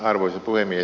arvoisa puhemies